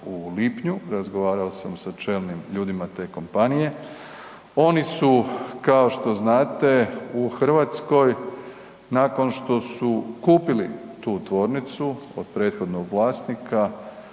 u lipnju, razgovarao sam sa čelnim ljudima te kompanije, oni su kao što znate u Hrvatskoj nakon što su kupili tu tvornicu od prethodnog vlasnika